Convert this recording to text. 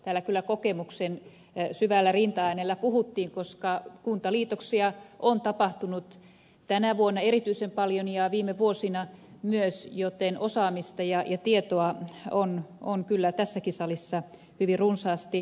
täällä kyllä kokemuksen syvällä rintaäänellä puhuttiin koska kuntaliitoksia on tapahtunut tänä vuonna erityisen paljon ja viime vuosina myös joten osaamista ja tietoa on kyllä tässäkin salissa hyvin runsaasti